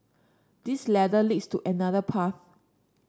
this ladder leads to another path